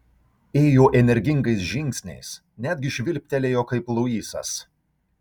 ėjo energingais žingsniais netgi švilptelėjo kaip luisas